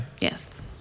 Yes